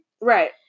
Right